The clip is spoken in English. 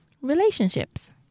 relationships